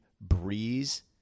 Breeze